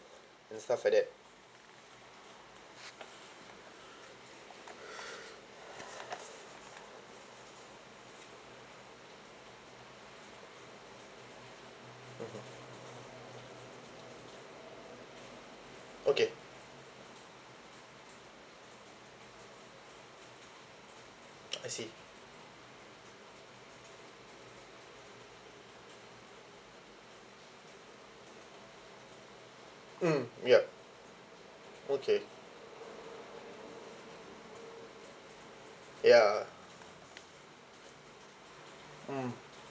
and stuff like that mmhmm okay I see mm yup okay ya mm